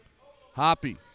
Hoppy